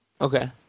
Okay